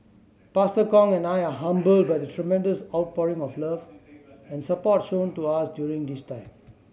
Pastor Kong and I are humbled by the tremendous outpouring of love and support shown to us during this time